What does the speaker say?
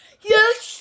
Yes